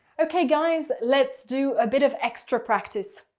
okay, guys. let's do a bit of extra practice.